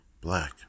Black